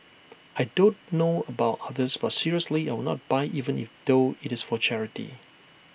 I don't know about others but seriously I will not buy even if though it's for charity